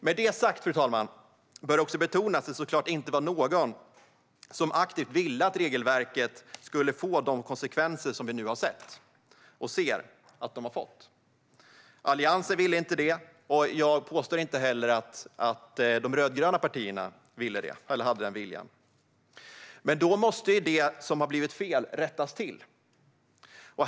Med det sagt, fru talman, bör det också betonas att det såklart inte var någon som aktivt ville att regelverket skulle få de konsekvenser som vi nu sett och ser att det fått. Alliansen ville inte det, och jag påstår inte heller att de rödgröna partierna hade den viljan. Men då måste ju det som har blivit fel rättas till.